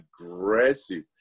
aggressive